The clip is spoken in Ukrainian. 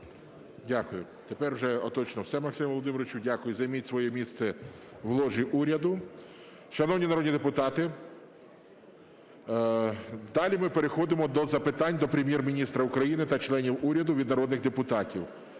Дякую. Тепер вже точно все, Максиме Володимировичу. Дякую. Займіть своє місце в ложі уряду. Шановні народні депутати, далі ми переходимо до запитань до Прем'єр-міністра та членів уряду від народних депутатів.